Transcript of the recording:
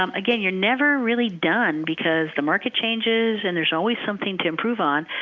um again, you're never really done because the market changes, and there's always something to improve on.